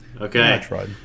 Okay